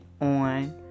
on